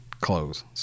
close